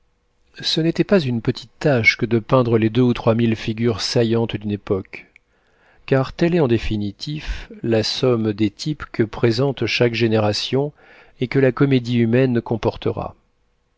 ce n'était pas une petite tâche que de peindre les deux ou trois mille figures saillantes d'une époque car telle est en définitive la somme des types que présente chaque génération et que la comédie humaine comportera